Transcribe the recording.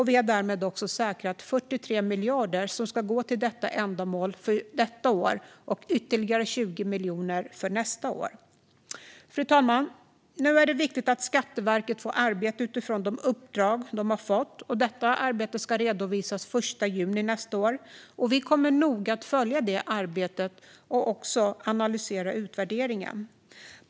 Vi har därmed också säkrat 43 miljoner som ska gå till detta ändamål för detta år och ytterligare 20 miljoner för nästa år. Fru talman! Nu är det viktigt att Skatteverket får arbeta utifrån de uppdrag de har fått. Detta arbete ska redovisas den 1 juni nästa år. Vi kommer att följa detta arbete noga och analysera utvärderingen.